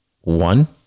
one